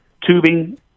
tubing